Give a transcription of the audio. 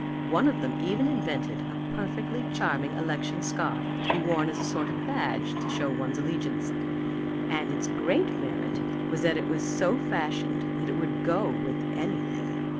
one of them even invented a perfectly charming election scarf to be worn as a sort of badge to show one's allegiance and its great merit was that it was so fashioned that it would go with anything.